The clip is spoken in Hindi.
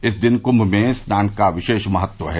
इस दिन कुंभ में स्नान का विशेष महत्व है